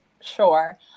sure